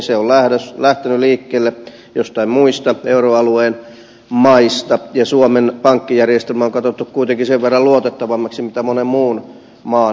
se on lähtenyt liikkeelle joistain muista euroalueen maista suomen pankkijärjestelmä on katsottu kuitenkin sen verran luotettavammaksi kuin monen muun maan pankkijärjestelmä